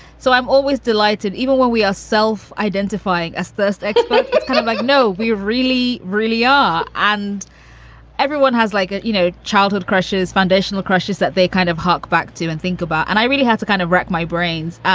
so i'm always delighted even when we are self identifying as first. i like kind of like, no, we really, really are. and everyone has like it, you know, childhood crushes, foundational crushes that they kind of hark back to and think about. and i really have to kind of rack my brains.